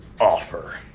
Offer